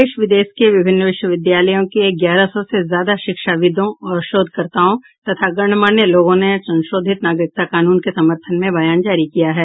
देश विदेश के विभिन्न विश्वविद्यालयों के ग्यारह सौ से ज्यादा शिक्षाविदों और शोधकर्ताओं तथा गणमान्य लोगों ने संशोधित नागरिकता कानून के समर्थन में बयान जारी किया है